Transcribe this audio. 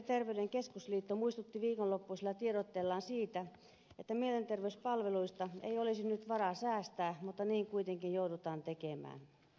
mielenterveyden keskusliitto muistutti viikonloppuisella tiedotteellaan siitä että mielenterveyspalveluista ei olisi nyt varaa säästää mutta niin kuitenkin joudutaan tekemään